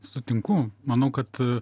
sutinku manau kad